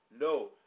no